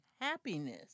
happiness